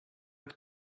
have